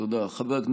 תודה רבה.